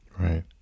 Right